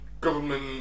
government